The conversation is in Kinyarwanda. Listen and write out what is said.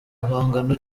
bihangano